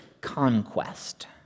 conquest